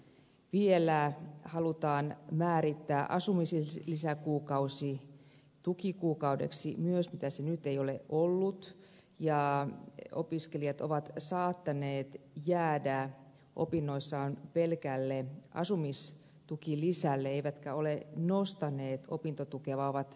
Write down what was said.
vielä halutaan määrittää myös asumislisäkuukausi tukikuukaudeksi mitä se nyt ei ole ollut ja opiskelijat ovat saattaneet jäädä opinnoissaan pelkälle asumistukilisälle eivätkä ole nostaneet opintotukea vaan ovat säästäneet sitä